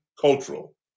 cultural